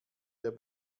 der